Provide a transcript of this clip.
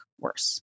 worse